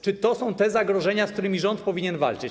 Czy to są te zagrożenia, z którymi rząd powinien walczyć?